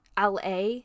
LA